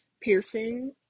piercing